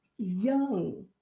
young